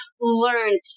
learned